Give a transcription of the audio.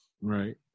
Right